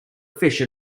fish